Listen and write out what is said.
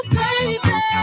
baby